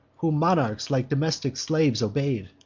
whom monarchs like domestic slaves obey'd.